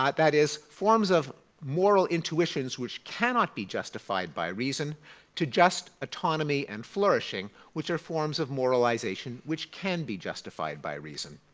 but that is forms of moral intuitions which cannot be justified by reason to just autonomy and flourishing, which are forms of moralization which can be justified by reason.